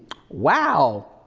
wow.